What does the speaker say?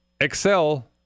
Excel